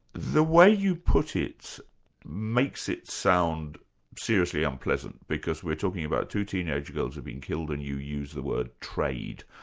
the way you put it makes it sound seriously unpleasant because we're talking about two teenage girls who've been killed and you use the word trade.